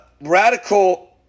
radical